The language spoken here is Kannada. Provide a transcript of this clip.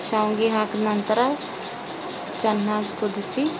ಶಾವ್ಗೆ ಹಾಕಿದ ನಂತರ ಚೆನ್ನಾಗಿ ಕುದಿಸಿ